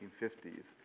1950s